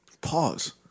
Pause